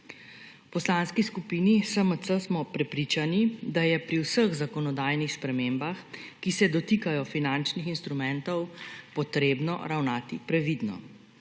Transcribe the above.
V Poslanski skupini SMC smo prepričani, da je pri vseh zakonodajnih spremembah, ki se dotikajo finančnih instrumentov, potrebno ravnati previdno.